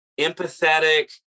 empathetic